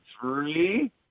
three